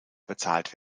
bezahlt